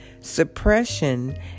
Suppression